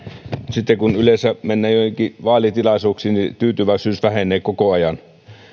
sitten kun mennään jonnekin vaalitilaisuuksiin yleensä tyytyväisyys vähenee koko ajan